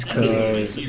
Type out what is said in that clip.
cause